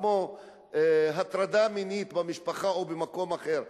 כמו הטרדה מינית במשפחה או במקום אחר,